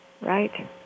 Right